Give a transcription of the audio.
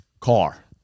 car